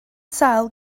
sâl